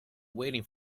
waiting